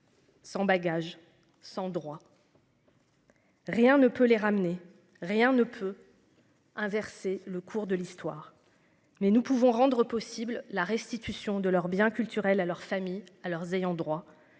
Sans bagage sans droit. Rien ne peut les ramener. Rien ne peut. Inverser le cours de l'histoire. Mais nous pouvons rendre possible la restitution de leurs biens culturels à leur famille à leurs ayants droit.